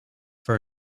for